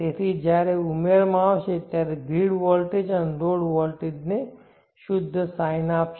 તેથી જ્યારે આ ઉમેરવામાં આવશે ત્યારે ગ્રીડ વોલ્ટેજ અને લોડ વોલ્ટેજને શુદ્ધ sine આપશે